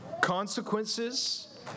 consequences